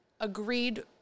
agreed